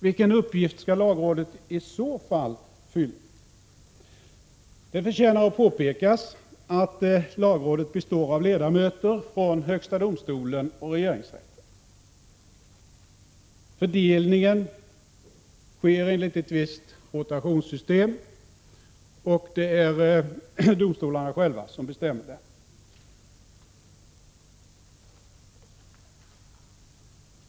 Vilken uppgift skall lagrådet i så fall fylla? Det förtjänar att påpekas att lagrådet består av ledamöter från högsta domstolen och regeringsrätten. Fördelningen sker enligt ett visst rotationssystem, och det är domstolarna själva som bestämmer detta.